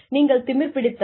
நீங்கள் திமிர் பிடித்தவர்